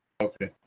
Okay